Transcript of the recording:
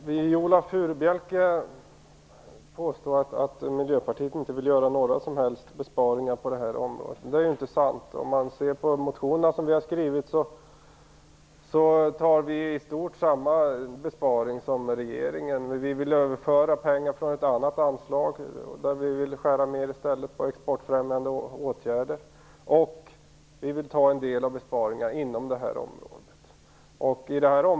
Fru talman! Viola Furubjelke påstår att Miljöpartiet inte vill göra några som helst besparingar på detta område. Det är inte sant. I motionerna vi har skrivit föreslår vi i stort samma besparing som regeringen. Vi vill överföra pengar från ett annat anslag. Vi vill i stället skära ned på exportfrämjande åtgärder. Vi vill också göra en del av besparingarna inom det område vi nu talar om.